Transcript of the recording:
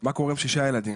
מה קורה אם יש שישה ילדים?